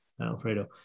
Alfredo